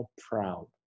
proud